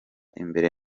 imbere